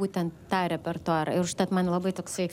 būtent tą repertuarą ir užtat man labai toksai